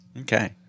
Okay